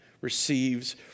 receives